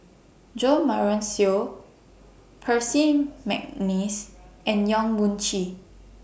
Jo Marion Seow Percy Mcneice and Yong Mun Chee